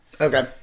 Okay